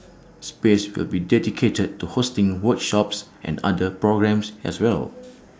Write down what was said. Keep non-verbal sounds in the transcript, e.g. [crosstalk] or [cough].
space will be dedicated to hosting workshops and other programmes as well [noise]